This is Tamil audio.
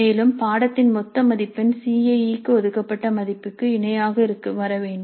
மேலும் பாடத்தின் மொத்த மதிப்பெண் சி ஐஈ க்கு ஒதுக்கப்பட்ட மதிப்புக்கு இணையாக வரவேண்டும்